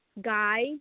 guy